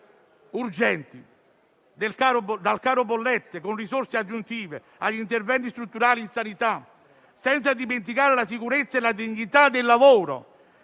urgenti, dal caro bollette, con risorse aggiuntive, agli interventi strutturali in sanità, senza dimenticare la sicurezza e la dignità del lavoro